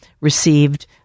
received